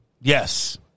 Yes